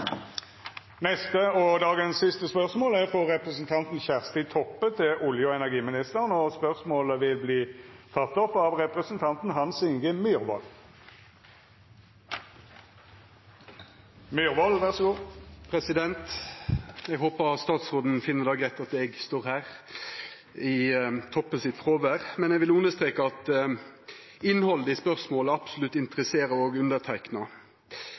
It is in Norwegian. frå representanten Kjersti Toppe til olje- og energiministeren, vert teke opp av representanten Hans Inge Myrvold. Eg håpar at statsråden finn det greitt at eg står her i Kjersti Toppe sitt fråvær. Men eg vil understreka at innhaldet i spørsmålet absolutt interesserer òg underteikna.